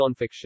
nonfiction